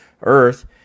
earth